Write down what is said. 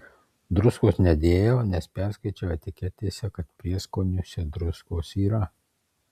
druskos nedėjau nes perskaičiau etiketėse kad prieskoniuose druskos yra